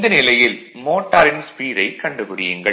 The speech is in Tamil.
இந்த நிலையில் மோட்டாரின் ஸ்பீடைக் கண்டுபிடியுங்கள்